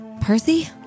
Percy